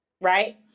Right